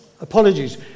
apologies